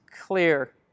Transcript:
clear